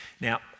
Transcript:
Now